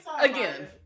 again